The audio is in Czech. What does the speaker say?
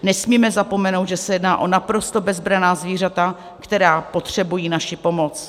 Nesmíme zapomenout, že se jedná o naprosto bezbranná zvířata, která potřebují naši pomoc.